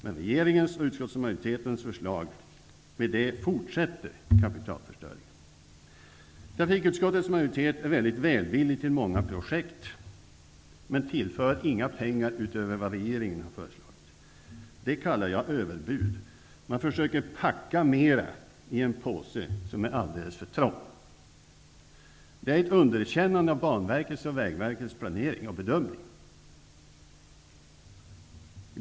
Men regeringens och utskottsmajoritetens förslag innebär att kapitalförstöringen fortsätter. Trafikutskottets majoritet är väldigt välvillig till många projekt, men tillför inga pengar utöver vad regeringen har föreslagit. Det kallar jag överbud. Utskottet försöker packa mer i en påse som är alldeles för trång. Det är ett underkännande av Banverkets och Vägverkets planering och bedömning.